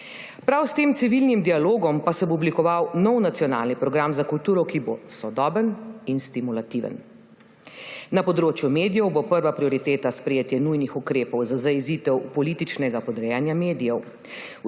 Prav s tem civilnim dialogom pa se bo oblikoval nov nacionalni program za kulturo, ki bo sodoben in stimulativen. Na področju medijev bo prva prioriteta sprejetje nujnih ukrepov za zajezitev političnega podrejanja medijev.